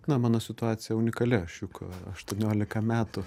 na mano situacija unikali aš juk aštuoniolika metų